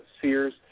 Sears